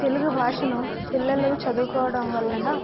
తెలుగు భాషను పిల్లలు చదువుకోవడం వలన